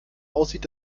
aussieht